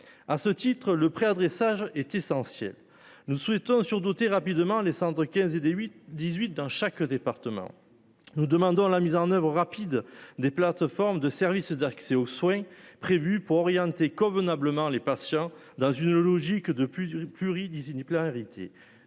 À ce titre le prêt adressage est essentielle. Nous souhaitons sur douter rapidement les cendres 15 et 8 18 dans chaque département. Nous demandons la mise en oeuvre rapide des plateformes de services d'accès aux soins prévue pour orienter convenablement les patients dans une logique depuis